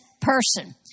person